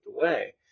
away